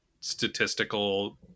statistical